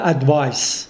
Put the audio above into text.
Advice